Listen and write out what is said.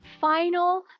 final